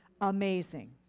Amazing